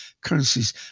currencies